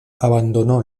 abandonó